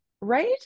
right